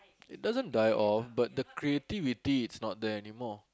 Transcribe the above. it doesn't die off but the creativity is not there anymore